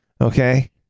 Okay